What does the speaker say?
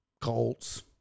Colts